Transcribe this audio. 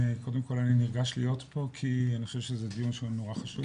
קודם כל אני נרגש להיות פה כי אני חושב שזה דיון שהוא נורא חשוב,